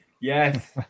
Yes